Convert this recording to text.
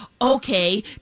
Okay